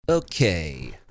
Okay